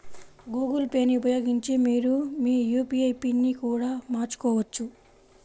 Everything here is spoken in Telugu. గూగుల్ పే ని ఉపయోగించి మీరు మీ యూ.పీ.ఐ పిన్ని కూడా మార్చుకోవచ్చు